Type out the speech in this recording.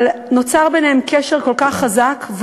נוצר ביניהן קשר כל כך חזק.